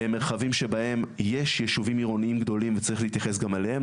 מרחבים שבהם יש יישובים עירוניים גדולים וצריך להתייחס גם אליהם,